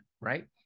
right